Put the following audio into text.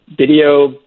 video